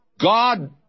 God